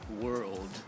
World